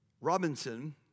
Robinson